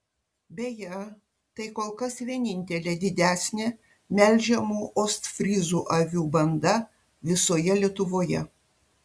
beje tai kol kas vienintelė didesnė melžiamų ostfryzų avių banda visoje lietuvoje